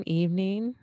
evening